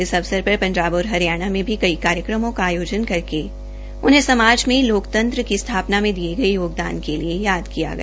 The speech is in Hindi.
इस मौके पर पंजाबहरियाणा में कई कार्यक्रमो का आयोजन कर उनके समाज में लोकतंत्र की स्थापना के लिए दिये गए योगदान के लिए याद किया गया